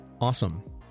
awesome